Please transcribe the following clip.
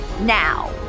now